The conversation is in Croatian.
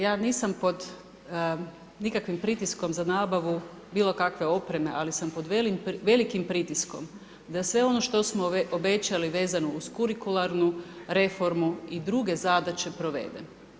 Ja nisam pod nikakvom pritiskom za nabavu bilokakve opreme ali sam pod velikim pritiskom da sve ono što smo obećali vezano uz kurikularnu reformu i druge zadaće provede.